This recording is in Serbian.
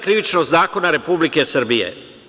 Krivičnog zakona Republike Srbije.